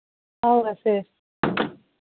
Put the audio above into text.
ꯍꯧꯔꯁꯦ